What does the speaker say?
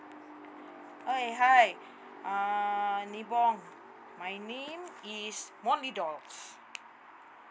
okay hi uh nibong my name is molly dolls